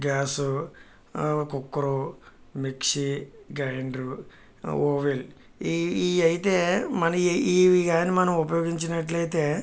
gas cooker mixer grinder oven ఈ ఇవైతే మనం ఇవి కాని మనం ఉపయోగించినట్లయితే